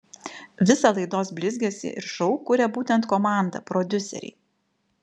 visą laidos blizgesį ir šou kuria būtent komanda prodiuseriai